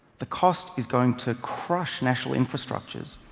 the cost is going to crush national infrastructures.